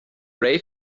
ray